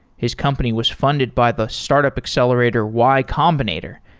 his company was funded by the startup accelerator y combinator,